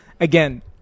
again